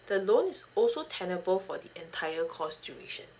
the loan is also tenable for the entire cost duration